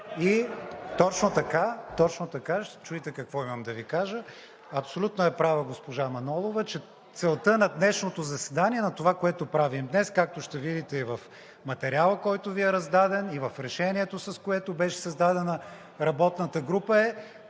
точно така, чуйте какво имам да Ви кажа. Абсолютно е права госпожа Манолова, че целта на днешното заседание, на това, което правим днес, както ще видите и в материала, който Ви е раздаден, и в решението, с което беше създадена работната група, е,